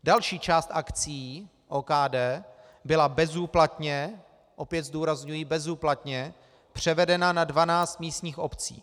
Další část akcií OKD byla bezúplatně opět zdůrazňuji bezúplatně převedena na 12 místních obcí.